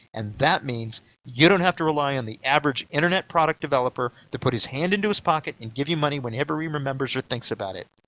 and that means you don't have to rely on the average internet product developer to put his hand into his pocket and give you money whenever he remembers or thinks about it.